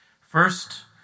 First